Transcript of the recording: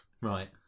Right